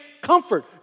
comfort